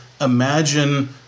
imagine